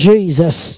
Jesus